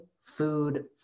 food